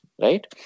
right